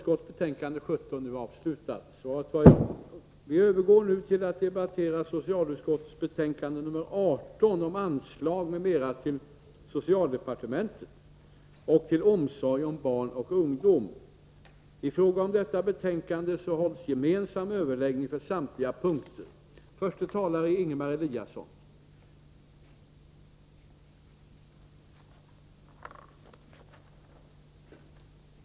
Kammaren övergår nu till att debattera utbildningsutskottets betänkande 17 om anslag till svensk undervisning i utlandet m.m. I fråga om detta betänkande hålls likaså gemensam överläggning för samtliga punkter. Under den gemensamma överläggningen får yrkanden framställas beträffande samtliga punkter i betänkandet.